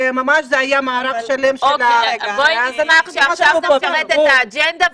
והיה ממש מערך שלם --- בואי נקבע שעכשיו נפרט את האג'נדה,